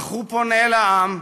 אך הוא פונה אל העם,